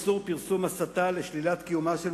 איסור פרסום הסתה לשלילת קיומה של